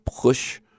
push